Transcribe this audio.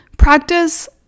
Practice